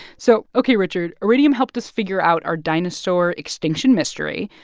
so ok, richard. iridium helped us figure out our dinosaur extinction mystery.